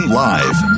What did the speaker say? live